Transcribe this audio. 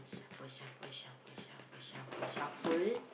so shuffle shuffle shuffle shuffle shuffle